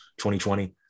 2020